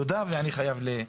תודה, ואני חייב ללכת.